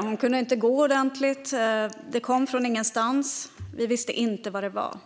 Hon kunde inte gå ordentligt. Det kom från ingenstans, och vi visste inte vad det var.